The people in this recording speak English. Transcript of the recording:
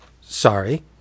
Sorry